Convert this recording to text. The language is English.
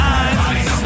eyes